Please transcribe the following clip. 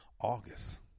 August